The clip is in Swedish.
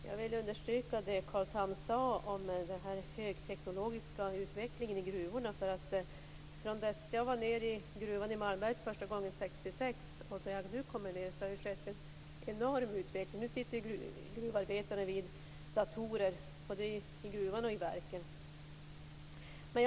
Fru talman! Jag vill understryka det Carl Tham sade om den högteknologiska utvecklingen i gruvorna. Jag var nere i gruvan i Malmberget första gången 1966. När jag nu går ned där ser jag att det har skett en enorm utveckling. Nu sitter gruvarbetarna vid datorer, och det gäller både i gruvan och i verken.